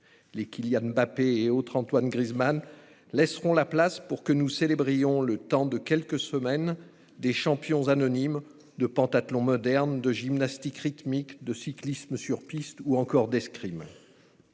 Les Kylian Mbappé et autres Antoine Griezmann laisseront la place pour que nous célébrions, le temps de quelques semaines, des champions anonymes de pentathlon moderne, de gymnastique rythmique, de cyclisme sur piste ou encore d'escrime.